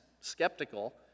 skeptical